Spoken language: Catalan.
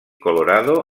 colorado